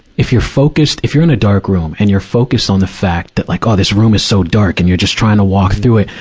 if you're focused, if you're in a dark room, and you're focused on the fact that like, oh, this room is so dark, and you're just trying to walk through it,